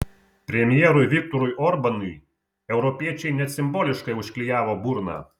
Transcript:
premjerui viktorui orbanui europiečiai net simboliškai užklijavo burną